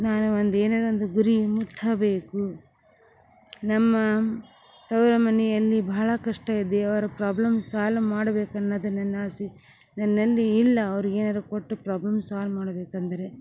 ನಾನು ಒಂದು ಏನೋ ಒಂದು ಗುರಿ ಮುಟ್ಟಬೇಕು ನಮ್ಮ ತವರ ಮನೆಯಲ್ಲಿ ಭಾಳ ಕಷ್ಟ ಇದೆ ಅವರ ಪ್ರಾಬ್ಲಮ್ ಸಾಲ್ವ್ ಮಾಡಬೇಕನ್ನೋದೆ ನನ್ನ ಆಸೆ ನನ್ನಲ್ಲಿ ಇಲ್ಲ ಅವ್ರಿಗೆ ಏನಾರು ಕೊಟ್ಟು ಪ್ರಾಬ್ಲಮ್ ಸಾಲ್ವ್ ಮಾಡಬೇಕಂದರೆ